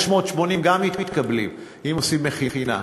680 גם מתקבלים, אם עושים מכינה.